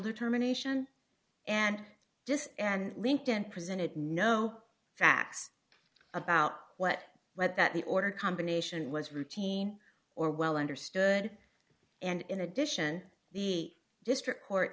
determination and just and linked and presented no facts about what but that the order combination was routine or well understood and in addition the district court